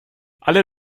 alle